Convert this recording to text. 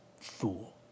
fool